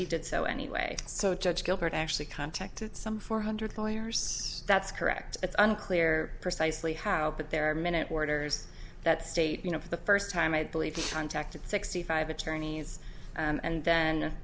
he did so anyway so judge gilbert actually contacted some four hundred lawyers that's correct it's unclear precisely how but there are minute orders that state you know for the first time i believe contacted sixty five attorneys and